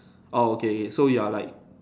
oh okay so you are like